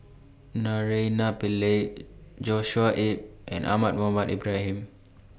Naraina Pillai Joshua Ip and Ahmad Mohamed Ibrahim